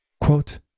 Quote